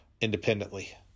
independently